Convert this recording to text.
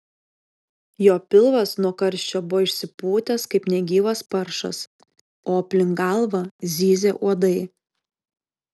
jo pilvas nuo karščio buvo išsipūtęs kaip negyvas paršas o aplink galvą zyzė uodai